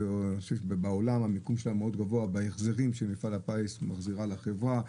ובעולם המיקום שלה מאוד גבוה בהחזרים שמפעל הפיס מחזיר לחברה,